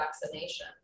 vaccination